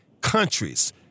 countries